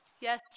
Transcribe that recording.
Yes